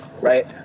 right